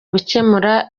gukemura